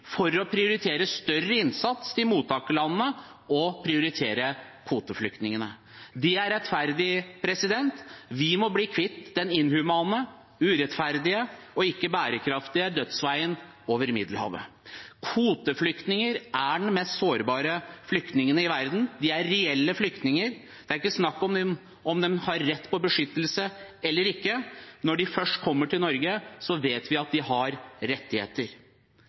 for å prioritere større innsats i mottakerlandene og prioritere kvoteflyktningene. Det er rettferdig. Vi må bli kvitt den inhumane, urettferdige og ikke bærekraftige dødsveien over Middelhavet. Kvoteflyktninger er de mest sårbare flyktningene i verden. De er reelle flyktninger. Det er ikke snakk om hvorvidt de har rett på beskyttelse eller ikke. Når de først er kommet til Norge, vet vi at de har rettigheter.